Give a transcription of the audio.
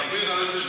אתה מבין על איזה,